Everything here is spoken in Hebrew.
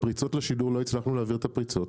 בפריצות לשידור לא הצלחנו להעביר את הפריצות.